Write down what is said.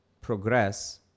progress